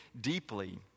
deeply